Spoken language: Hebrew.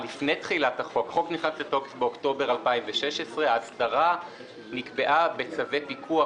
החוק נכנס לתוקף באוקטובר 2016. ההסדרה נקבעה בצווי פיקוח